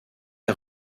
est